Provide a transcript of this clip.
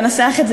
אני אגיד לך למה,